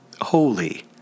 holy